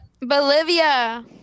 Bolivia